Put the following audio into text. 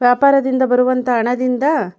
ವ್ಯಾಪಾರದಿಂದ ಬರುವಂಥ ಹಣದಿಂದ